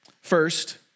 First